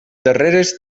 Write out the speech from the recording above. darreres